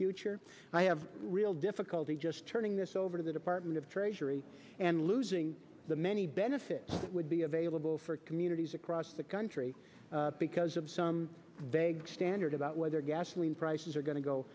future i have real difficulty just turning this over to the department of treasury and losing the many benefits that would be available for communities across the country because of some big standard about whether gasoline prices are going to go